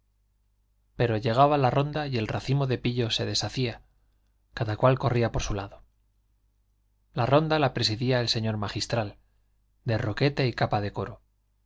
pero llegaba la ronda y el racimo de pillos se deshacía cada cual corría por su lado la ronda la presidía el señor magistral de roquete y capa de coro